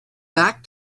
back